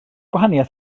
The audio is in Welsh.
gwahaniaeth